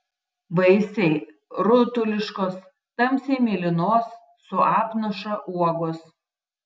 vaisiai rutuliškos tamsiai mėlynos su apnaša uogos